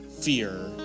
fear